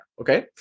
okay